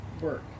work